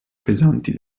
pesanti